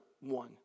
one